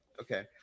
Okay